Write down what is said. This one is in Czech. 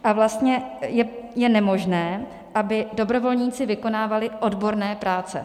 A vlastně je nemožné, aby dobrovolníci vykonávali odborné práce.